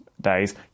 days